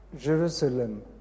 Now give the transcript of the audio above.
Jerusalem